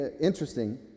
interesting